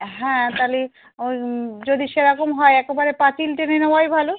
হ্যাঁ তাহলে ওই যদি সেরকম হয় একেবারে পাঁচিল টেনে নেওয়াই ভালো